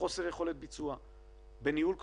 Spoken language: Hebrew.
בחוסר יכולת ביצוע, בניהול כושל.